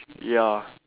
ya